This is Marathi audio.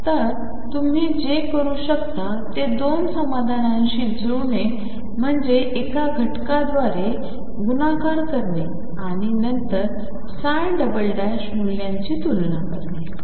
तर तुम्ही जे करू शकता ते दोन समाधानांशी जुळणे म्हणजे एका घटकाद्वारे गुणाकार करणे आणि नंतर मूल्यांची तुलना करणे